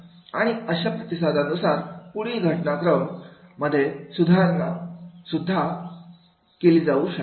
आणि अशा प्रतिसादा नुसार पुढील घटनाक्रमा मध्ये सुद्धा सुधारणा केली जाऊ शकते